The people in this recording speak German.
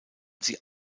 sie